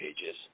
pages